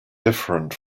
different